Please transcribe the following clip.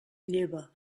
lleva